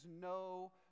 no